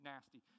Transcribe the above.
Nasty